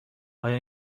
آیا